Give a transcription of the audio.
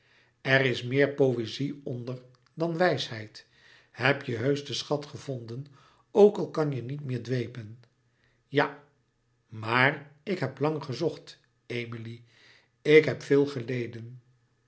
er is meer poëzie onder dan wijsheid heb je heusch den schat gevonden ook al kan je niet meer dwepen ja maar ik heb lang gezocht emilie ik heb veel geleden